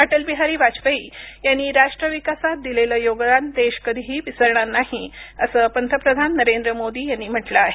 अटलबिहारी वाजपेयी यांनी राष्ट्र विकासात दिलेलं योगदान देश कधीही विसरणार नाही असं पंतप्रधान नरेंद्र मोदी यांनी म्हटलं आहे